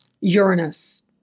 Uranus